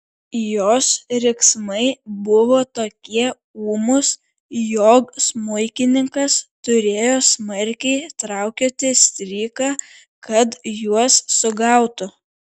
jos riksmai buvo tokie ūmūs jog smuikininkas turėjo smarkiai traukioti stryką kad juos sugautų